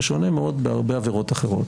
בשונה מאוד בהרבה עבירות אחרות.